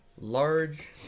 large